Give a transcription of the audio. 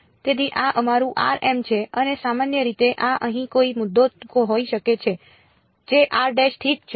તેથી આ મારું છે અને સામાન્ય રીતે આ અહીં કોઈ મુદ્દો હોઈ શકે છે જે ઠીક છે